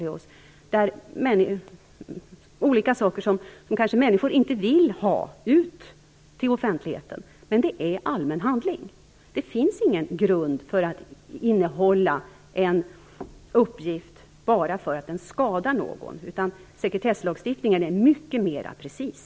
Det är olika saker som människor kanske inte vill ha ut till offentligheten, men det är allmän handling. Det finns ingen grund för att innehålla en uppgift bara för att den skadar någon. Sekretesslagstiftningen är mycket mer precis.